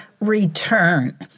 return